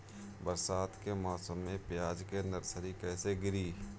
बरसात के मौसम में प्याज के नर्सरी कैसे गिरी?